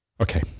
Okay